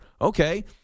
Okay